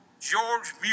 George